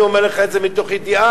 אני אומר לך את זה מתוך ידיעה,